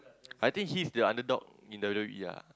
I think he's the underdog in W_W_E ah